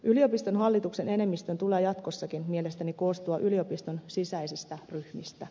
yliopiston hallituksen enemmistön tulee jatkossakin mielestäni koostua yliopiston sisäisistä ryhmistä